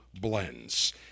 blends